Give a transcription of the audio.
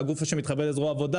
והגוף שמתחבר לזרוע העבודה,